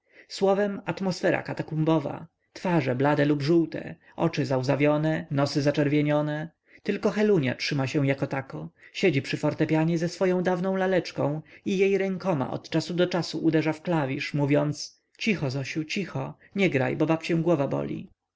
słowem atmosfera katakumbowa twarze blade lub żółte oczy załzawione nosy zaczerwienione tylko helunia trzyma się jakotako siedzi przy fortepianie ze swoją dawną laleczką i jej rękoma od czasu do czasu uderza w klawisz mówiąc cicho zosiu cicho nie graj bo babcię głowa boli